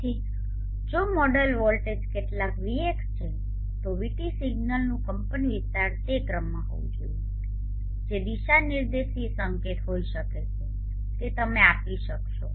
તેથી જો model voltage કેટલાક VX છે તો VT સિગ્નલનું કંપનવિસ્તાર તે ક્રમમાં હોવું જોઈએ જે દિશા નિર્દેશીય સંકેત હોઈ શકે છે તે તમે આપી શકશો